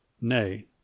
nay